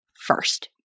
first